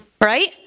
Right